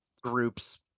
groups